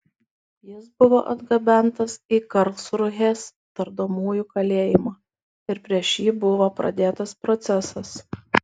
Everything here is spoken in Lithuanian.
jis buvo atgabentas į karlsrūhės tardomųjų kalėjimą ir prieš jį buvo pradėtas procesas